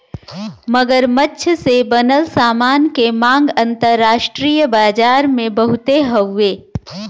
मगरमच्छ से बनल सामान के मांग अंतरराष्ट्रीय बाजार में बहुते हउवे